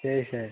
சரி சார்